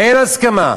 אין הסכמה.